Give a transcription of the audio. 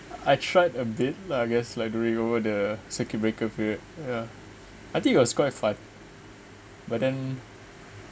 I tried lah I guess like during over the circuit breaker period yeah I think it was quite fun but then